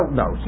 no